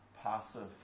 passive